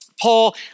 Paul